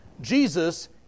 Jesus